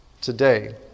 today